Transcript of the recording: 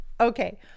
Okay